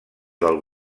del